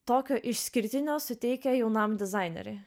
tokio išskirtinio suteikia jaunam dizaineriui